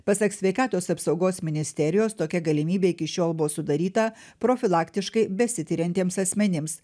pasak sveikatos apsaugos ministerijos tokia galimybė iki šiol buvo sudaryta profilaktiškai besitiriantiems asmenims